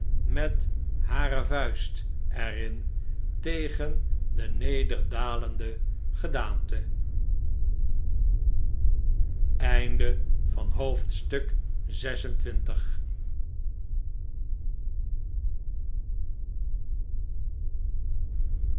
met hare vuist er in tegen de nederdalende gedaante